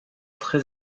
très